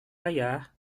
ayah